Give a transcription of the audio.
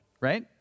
right